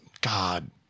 God